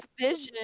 vision